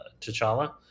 T'Challa